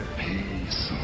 peace